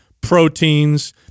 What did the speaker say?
proteins